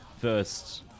first